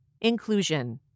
Inclusion